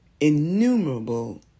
innumerable